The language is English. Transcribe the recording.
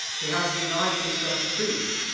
he hath denied thee some suit?